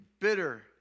bitter